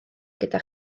gyda